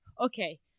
okay